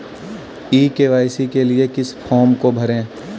ई KYC के लिए किस फ्रॉम को भरें?